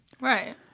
Right